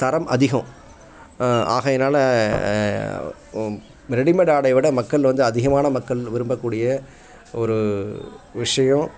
தரம் அதிகம் ஆகையினால் ரெடிமேட் ஆடையை விட மக்கள் வந்து அதிகமான மக்கள் விரும்பக்கூடிய ஒரு விஷயம்